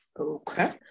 Okay